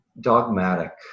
dogmatic